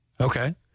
Okay